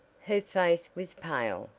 her face was pale,